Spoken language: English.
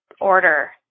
order